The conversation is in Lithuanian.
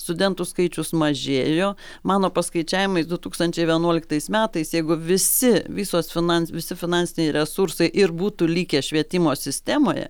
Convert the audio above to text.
studentų skaičius mažėjo mano paskaičiavimais du tūkstančiai vienuoliktais metais jeigu visi visos finans visi finansiniai resursai ir būtų likę švietimo sistemoje